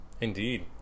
Indeed